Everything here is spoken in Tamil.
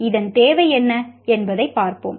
இதன் தேவை என்ன என்பதைப் பார்ப்போம்